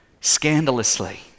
scandalously